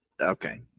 okay